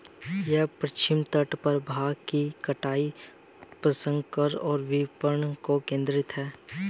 यह पश्चिमी तट पर भांग की कटाई, प्रसंस्करण और विपणन पर केंद्रित है